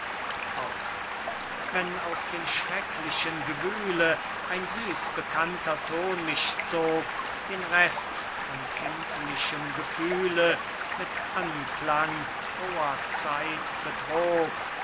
bewußt wenn aus dem schrecklichen gewühle ein süß bekannter ton mich zog den rest von kindlichem gefühle mit anklang froher zeit betrog